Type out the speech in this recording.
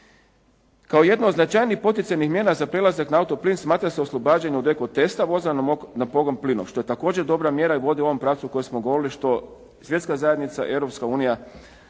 Kao jednu od značajnijih poticajnijih mjera za prelazak na auto plin smatra se oslobađanje od eko testa vozila na pogon plinom što je također dobra mjera i vodi u ovom pravcu koji smo govorili što Svjetska zajednica i